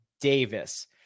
Davis